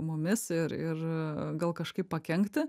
mumis ir ir gal kažkaip pakenkti